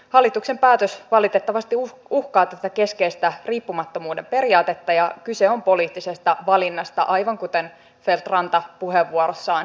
hallituksen päätös valitettavasti uhkaa tätä keskeistä riippumattomuuden periaatetta ja kyse on poliittisesta valinnasta aivan kuten feldt ranta puheenvuorossaan painotti